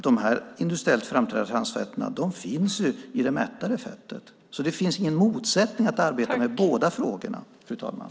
De industriellt framställda transfetterna finns i det mättade fettet. Det finns alltså ingen motsättning i att arbeta med båda frågorna, fru talman.